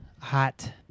hot